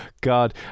God